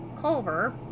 Culver